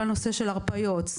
כל הנושא של הרפיות,